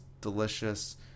delicious